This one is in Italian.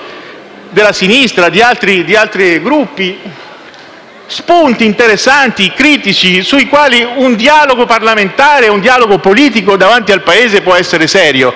della sinistra e di altri Gruppi, spunti interessanti e critici, sui quali un dialogo parlamentare e politico davanti al Paese può essere serio.